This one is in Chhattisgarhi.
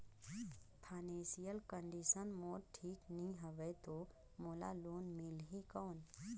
फाइनेंशियल कंडिशन मोर ठीक नी हवे तो मोला लोन मिल ही कौन??